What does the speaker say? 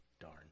Darn